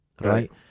Right